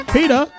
Peter